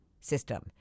system